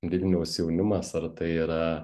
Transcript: vilniaus jaunimas ar tai yra